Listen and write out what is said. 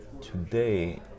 Today